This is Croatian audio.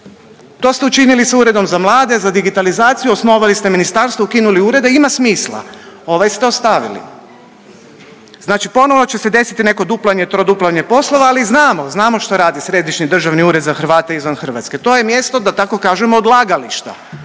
To ste učinili sa Uredom za mlade, za digitalizaciju, osnovali ste ministarstvo, ukinuli urede, ima smisla. Ovaj ste ostavili. Znači ponovo će se desiti neko duplanje, troduplanje poslova ali znamo, znamo što radi Središnji državni ured za Hrvate izvan Hrvatske. To je mjesto da tako kažem odlagališta,